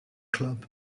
club